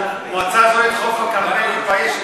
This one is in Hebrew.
המועצה האזורית חוף-הכרמל מתביישת,